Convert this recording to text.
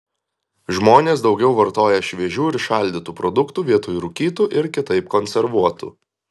žmonės daugiau vartoja šviežių ir šaldytų produktų vietoj rūkytų ir kitaip konservuotų